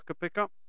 pickup